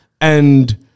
and-